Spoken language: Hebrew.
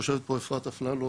יושבת פה אפרת אפללו